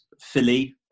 Philly